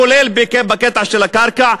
כולל בקטע של הקרקע,